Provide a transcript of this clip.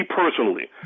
personally